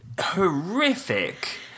Horrific